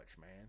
man